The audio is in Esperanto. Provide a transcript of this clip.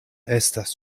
estas